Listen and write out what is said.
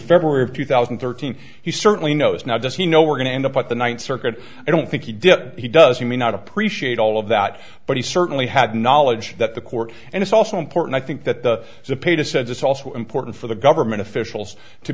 february of two thousand and thirteen he certainly knows now does he know we're going to end up at the ninth circuit i don't think he did he does he may not appreciate all of that but he certainly had knowledge that the court and it's also important i think that the subpoena said it's also important for the government officials to